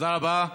תודה רבה.